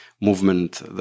Movement